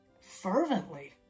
fervently